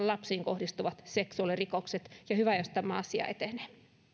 lapsiin kohdistuvat seksuaalirikokset ja hyvä jos tämä asia etenee